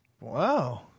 Wow